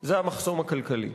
זה המחסום הכלכלי.